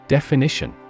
Definition